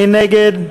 מי נגד?